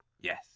Yes